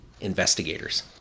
investigators